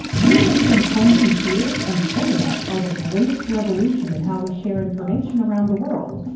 you might think home computers and the internet are the greatest revolution in how we share information around the world.